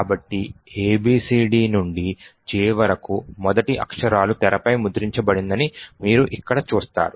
కాబట్టి ABCD నుండి J వరకు మొదటి అక్షరాలు తెరపై ముద్రించబడిందని మీరు ఇక్కడ చూస్తారు